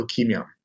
leukemia